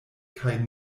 kaj